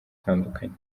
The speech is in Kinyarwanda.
itandukanye